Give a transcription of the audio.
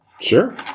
Sure